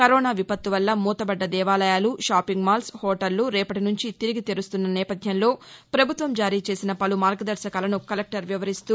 corona విపత్తు వల్ల మూతబడ్డ దేవాలయాలు షాపింగ్ మాల్స్ హోటళ్ల రేపటి నుంచి తిరిగి తెరుస్తున్న నేపథ్యంలో పభుత్వం జారీ చేసిన పలు మార్గదర్భకాలను కలెక్టర్ వివరిస్తూ